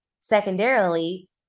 secondarily